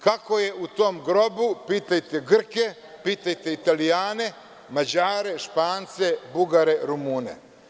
Kako je u tom grobu pitajte Grke, pitajte Italijane, Mađare, Špance, Bugare, Rumune.